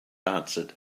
answered